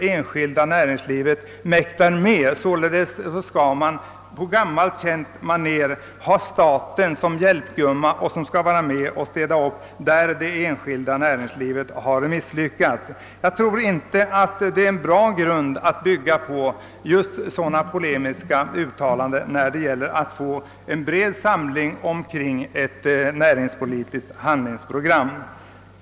Man skall således på gammalt känt manér ha staten som hjälpgumma för att vara med och städa upp där det enskilda näringslivet har misslyckats. Jag tror inte att sådana polemiska uttalanden är en bra grund att bygga på för att skapa en bred samling kring ett näringspolitiskt handlingsprogram.